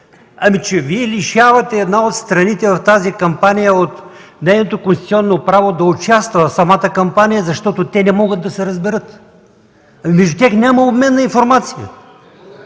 език. Вие лишавате една от страните в тази кампания от нейното конституционно право да участва в самата кампания, защото те не могат да се разберат, между тях няма обмен на информация.